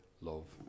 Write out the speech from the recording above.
love